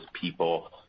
people